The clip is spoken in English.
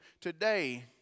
today